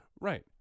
Right